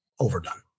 Overdone